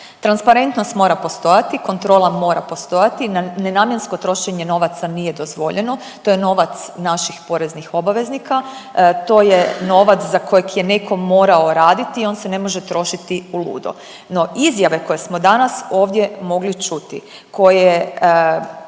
Transparentnost mora postojati, kontrola mora postojati, nenamjensko trošenje novaca nije dozvoljeno, to je novac naših poreznih obveznika, to je novac za kojeg je neko morao raditi i on se ne može trošiti uludo. No izjave koje smo danas ovdje mogli čuti, koje